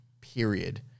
period